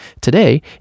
Today